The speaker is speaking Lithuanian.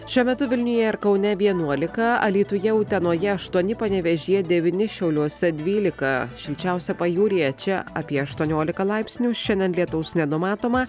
šiuo metu vilniuje ir kaune vienuolika alytuje utenoje aštuoni panevėžyje devyni šiauliuose dvylika šilčiausia pajūryje čia apie aštuoniolika laipsnių šiandien lietaus nenumatoma